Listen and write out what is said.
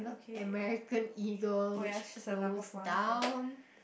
American Eagle which close down